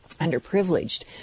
underprivileged